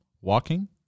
walking